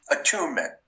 attunement